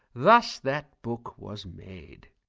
thus that book was made.